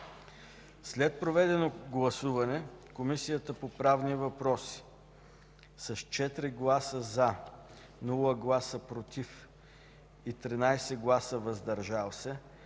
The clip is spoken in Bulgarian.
След проведено гласуване, Комисията по правни въпроси: - с 4 гласа „за”, без „против“ и 13 гласа „въздържали се”